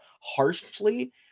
harshly